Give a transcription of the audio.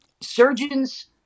surgeons